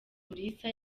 umulisa